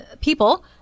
people